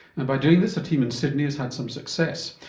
and by doing this a team in sydney has had some success.